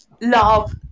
love